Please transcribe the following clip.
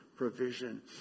provision